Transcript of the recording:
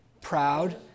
proud